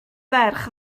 ferch